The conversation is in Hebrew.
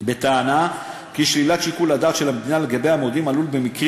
בטענה כי שלילת שיקול הדעת של המדינה לגבי המועדים עלולה במקרים